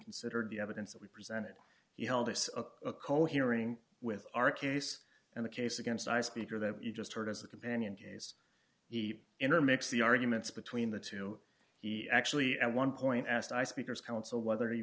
considered the evidence that we presented he held a co hearing with our case and the case against i speaker that you just heard as a companion case he intermix the arguments between the two he actually at one point asked i speaker's counsel whether he